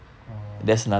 oh